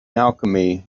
alchemy